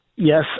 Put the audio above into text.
Yes